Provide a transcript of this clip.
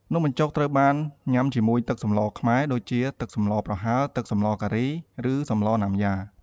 នំបញ្ចុកត្រូវបានញ៉ាំជាមួយទឹកសម្លរខ្មែរដូចជា ទឹកសម្លរប្រហើរ ទឹកសម្លរការី ឬសម្លរណាំយ៉ា។